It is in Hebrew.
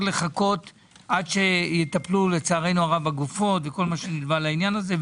לחכות עד שיטפלו לצערנו הרב בגופות וכל מה שנלווה לעניין הזה.